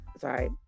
sorry